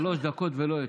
שלוש דקות ולא יותר.